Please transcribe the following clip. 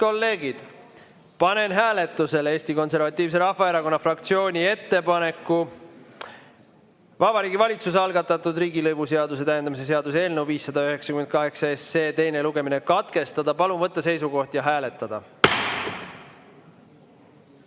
kolleegid, panen hääletusele Eesti Konservatiivse Rahvaerakonna fraktsiooni ettepaneku Vabariigi Valitsuse algatatud riigilõivuseaduse täiendamise seaduse eelnõu 598 teine lugemine katkestada. Palun võtta seisukoht ja hääletada!